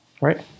Right